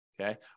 Okay